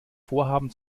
vorhaben